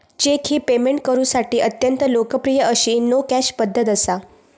check ही payment करुसाठी अत्यंत लोकप्रिय अशी नो कॅश पध्दत असा